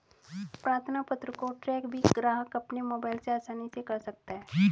प्रार्थना पत्र को ट्रैक भी ग्राहक अपने मोबाइल से आसानी से कर सकता है